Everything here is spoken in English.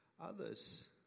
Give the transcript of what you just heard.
Others